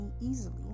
easily